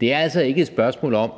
Det er altså ikke et spørgsmål om,